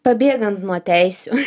pabėgant nuo teisių